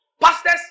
pastors